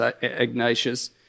Ignatius